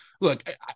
look